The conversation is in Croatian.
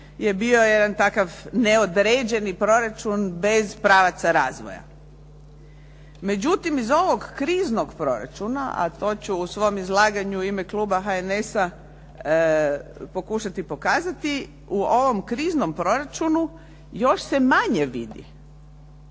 je bio jedan takav neodređeni proračun bez pravaca razvoja. Međutim, iz ovog kriznog proračuna, a to ću u svom izlaganju u ime Kluba HNS-a, pokušati pokazati, u ovom kriznom proračunu još se i manje vidi